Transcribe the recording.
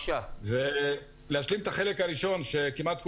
אני אשלים את החלק הראשון שכמעט את